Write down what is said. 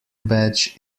badge